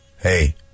hey